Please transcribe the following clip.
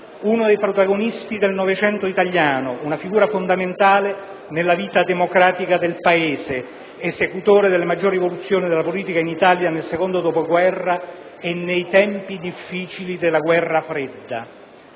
Uno dei protagonisti del Novecento italiano, una figura fondamentale nella vita democratica del Paese, esecutore della maggiore evoluzione della politica in Italia nel secondo dopoguerra e nei tempi difficili della guerra fredda.